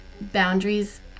boundaries